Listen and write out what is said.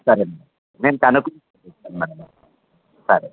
సరే మేడమ్ నేను కనుక్కొని చెప్తాను మేడమ్ సరే